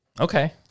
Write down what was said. Okay